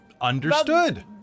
Understood